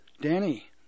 Danny